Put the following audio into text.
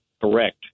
correct